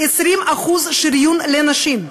20% שריון לנשים.